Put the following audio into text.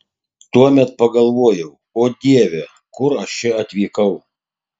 tuomet pagalvojau o dieve kur aš čia atvykau